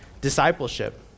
discipleship